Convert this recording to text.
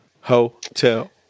Hotel